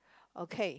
okay